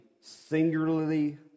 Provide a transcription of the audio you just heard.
singularly